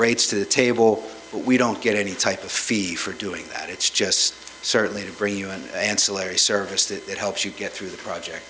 rates to the table we don't get any type of fee for doing that it's just certainly to bring you an ancillary service that helps you get through the project